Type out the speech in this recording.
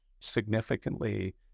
significantly